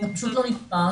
זה פשוט לא נתפס,